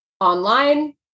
online